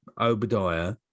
Obadiah